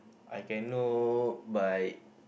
I cannot buy